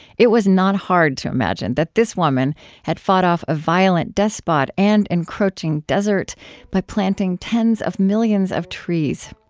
it was not hard to imagine that this woman had fought off a violent despot and encroaching desert by planting tens of millions of trees.